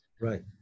Right